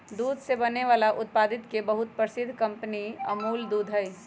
दूध से बने वाला उत्पादित के बहुत प्रसिद्ध कंपनी अमूल दूध हई